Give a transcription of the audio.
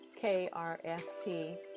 KRST